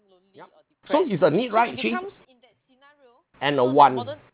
yup so it's a need right actually and a want